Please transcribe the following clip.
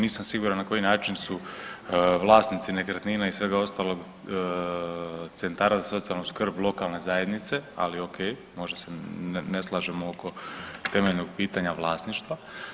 Nisam siguran na koji način su vlasnici nekretnina i svega ostalog centara za socijalnu skrb lokalne zajednice, ali okej, možda se ne slažemo oko temeljnog pitanja vlasništva.